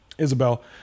Isabel